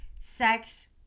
sex